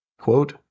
quote